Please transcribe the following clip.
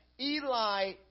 Eli